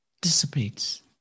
dissipates